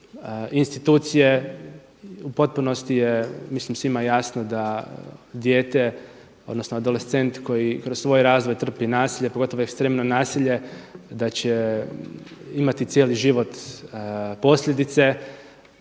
U potpunosti je mislim svima jasno da dijete, odnosno adolescent koji kroz svoj razvoj trpi nasilje, pogotovo ekstremno nasilje da će imati cijeli život posljedice.